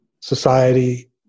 society